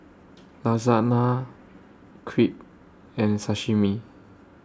Lasagna Crepe and Sashimi